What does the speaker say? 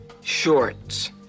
shorts